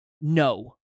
No